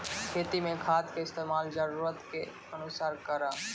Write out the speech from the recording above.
खेती मे खाद के इस्तेमाल जरूरत के अनुसार करऽ